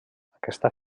aquesta